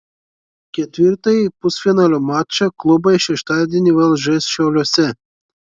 ketvirtąjį pusfinalio mačą klubai šeštadienį vėl žais šiauliuose